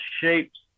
shapes